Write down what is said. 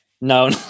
No